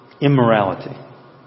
immorality